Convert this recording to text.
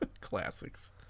classics